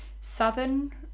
southern